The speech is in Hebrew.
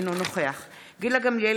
אינו נוכח גילה גמליאל,